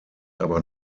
aber